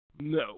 No